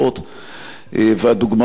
והדוגמאות הן רבות.